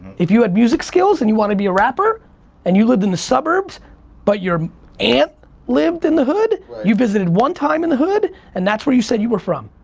if you had music skills and you want to be a rapper and you lived in the suburbs but your aunt lived in the hood, you visited one time in the hood and that's where you said you were from.